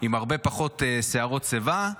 עם הרבה פחות שיערות שיבה,